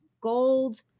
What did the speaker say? gold